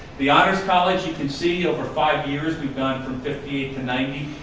the honors college you can see over five years we've gone from fifty eight to ninety,